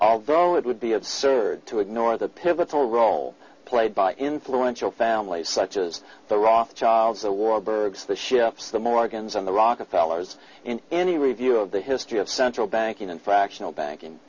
although it would be absurd to ignore the pivotal role played by influential families such as the rothschilds the warbirds the ships the morgans and the rockefeller's in any review of the history of central banking and fractional banking